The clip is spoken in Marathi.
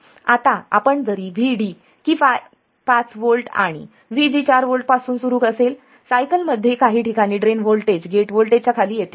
आता आपण जरी VD की 5 व्होल्ट आणि VG 4 व्होल्ट पासून सुरु असेल सायकल मध्ये काही ठिकाणी ड्रेन व्होल्टेज गेट व्होल्टेज च्या खाली येते